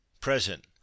present